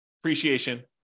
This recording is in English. appreciation